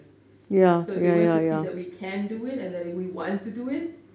so they want to see that we can do it and that we want to do it